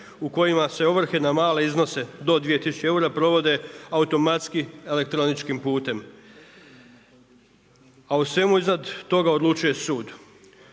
u kojima se ovrhe na male iznose do 2000 eura provode automatski, elektroničkim puta. A u svemu iznad toga odlučuje sud,